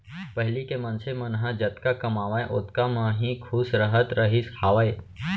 पहिली के मनसे मन ह जतका कमावय ओतका म ही खुस रहत रहिस हावय